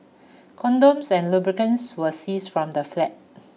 condoms and lubricants were seized from the flat